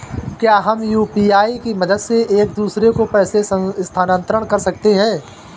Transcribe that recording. क्या हम यू.पी.आई की मदद से एक दूसरे को पैसे स्थानांतरण कर सकते हैं?